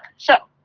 so,